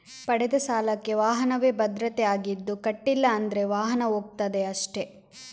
ಪಡೆದ ಸಾಲಕ್ಕೆ ವಾಹನವೇ ಭದ್ರತೆ ಆಗಿದ್ದು ಕಟ್ಲಿಲ್ಲ ಅಂದ್ರೆ ವಾಹನ ಹೋಗ್ತದೆ ಅಷ್ಟೇ